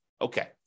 Okay